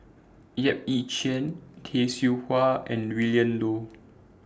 Yap Ee Chian Tay Seow Huah and Willin Low